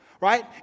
Right